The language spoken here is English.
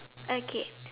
okay